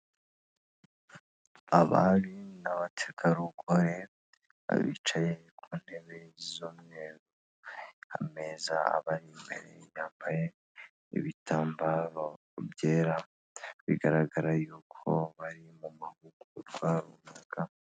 Abari n'abategarugore bicaye ku ntebe z'umweru ameza abari imbere yambaye ibitambaro byera bigaragara yuko bari mu mahugurwa runaka.